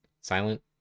Silent